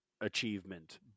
achievement